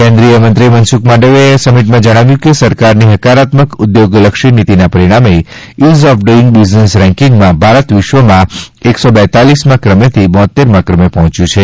કેન્દ્રીય મંત્રી મનસુખ માંડવીયાએ સમિટમાં જણાવ્યું કે સરકારની હકારાત્મક ઉદ્યોગલક્ષી નીતિના પરિણામે ઇઝ ઓફ ડુઇંગ બિઝનેસ રેન્કિંગમાં ભારત વિશ્વમાં એક સો બેતાલીસમાં ક્રમેથી બોતેરમાં ક્રમે પહોંચ્યું છે